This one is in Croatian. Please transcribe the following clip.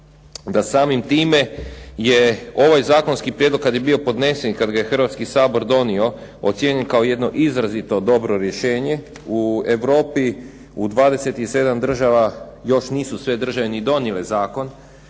da samim time je ovaj zakonski prijedlog kad je bio podnesen i kad ga je Hrvatski sabor donio ocijenjen kao jedno izrazito dobro rješenje u Europi u 27 država još nisu sve države ni donijele zakon,